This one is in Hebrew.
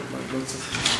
לא צריך.